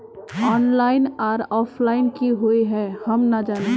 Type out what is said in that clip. Online आर offline की हुई है हम ना जाने?